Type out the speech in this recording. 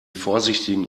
vorsichtigen